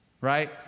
right